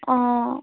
অঁ